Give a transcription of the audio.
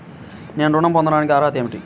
నేను ఋణం పొందటానికి అర్హత ఏమిటి?